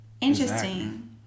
Interesting